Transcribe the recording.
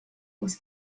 was